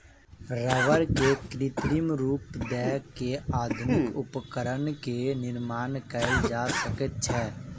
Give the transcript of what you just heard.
रबड़ के कृत्रिम रूप दय के आधुनिक उपकरण के निर्माण कयल जा सकै छै